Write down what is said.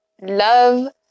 Love